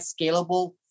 scalable